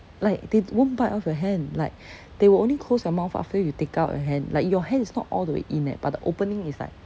like they won't bite off your hand like they will only close their mouth after you take out your hand like your hand is not all the way in eh but the opening is like